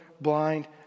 blind